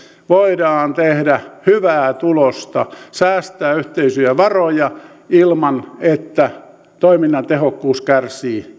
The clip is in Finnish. voidaan tehdä hyvää tulosta säästää yhteisiä varoja ilman että toiminnan tehokkuus kärsii